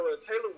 Taylor